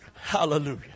Hallelujah